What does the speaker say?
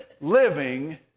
living